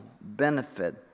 benefit